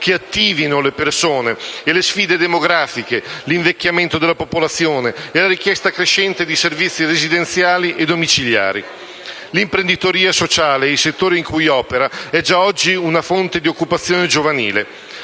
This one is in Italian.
che attivino le persone e le sfide demografiche, l'invecchiamento della popolazione e la richiesta crescente di servizi residenziali e domiciliari. L'imprenditoria sociale e i settori in cui opera è già oggi una fonte di occupazione giovanile.